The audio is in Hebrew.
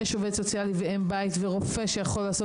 יש עובד סוציאלי ואם בית ורופא שיכול לעשות